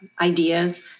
Ideas